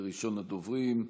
ראשון הדוברים,